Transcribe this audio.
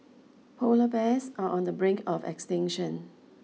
polar bears are on the brink of extinction